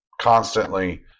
constantly